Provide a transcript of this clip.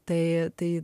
tai taip